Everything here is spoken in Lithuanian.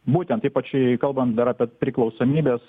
būtent taip pačiai jei kalbam dar apie priklausomybes